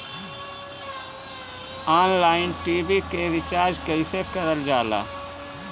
Online TV के recharge कईसे करल जाला?